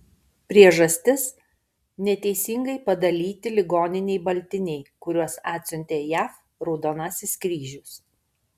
priežastis neteisingai padalyti ligoninei baltiniai kuriuos atsiuntė jav raudonasis kryžius